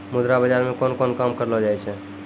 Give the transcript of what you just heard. मुद्रा बाजार मे कोन कोन काम करलो जाय छै